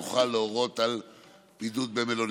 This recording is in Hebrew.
יוכל להורות לו לשהות בבידוד במלונית.